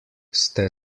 ste